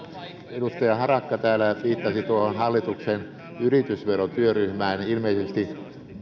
edustaja harakka täällä jo viittasi hallituksen yritysverotyöryhmään ilmeisesti